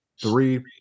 three